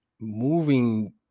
moving